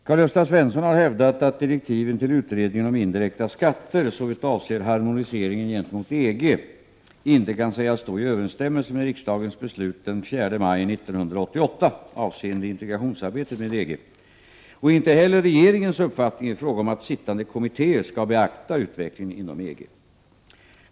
Herr talman! Karl-Gösta Svenson har hävdat att direktiven till utredningen om indirekta skatter, såvitt avser harmoniseringen gentemot EG, inte kan sägas stå i överensstämmelse med riksdagens beslut av den 4 maj 1988 Prot. 1988/89:38 avseende integrationsarbetet med EG och inte heller med regeringens 5 december 1988 uppfattning i fråga om att sittande kommittéer skall beakta utvecklingen =. inom EG.